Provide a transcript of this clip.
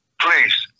Please